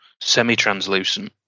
semi-translucent